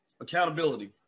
accountability